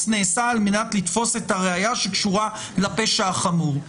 נעשה על מנת לתפוס את הראיה שקשורה לפשע החמור.